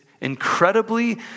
incredibly